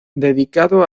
dedicado